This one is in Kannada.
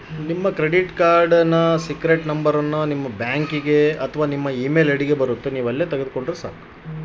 ನನ್ನ ಕ್ರೆಡಿಟ್ ಕಾರ್ಡ್ ಐತಲ್ರೇ ಅದರ ಸೇಕ್ರೇಟ್ ನಂಬರನ್ನು ಬ್ಯಾಂಕಿಗೆ ಹೋಗಿ ತಗೋಬೇಕಿನ್ರಿ?